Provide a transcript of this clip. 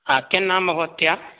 किन्नाम भवत्याः